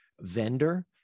vendor